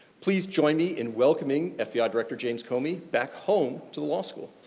please join me in welcoming ah fbi director james comey back home to the law school